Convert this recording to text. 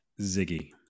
Ziggy